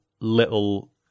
little